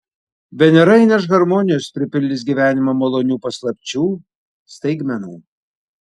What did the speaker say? venera įneš harmonijos pripildys gyvenimą malonių paslapčių staigmenų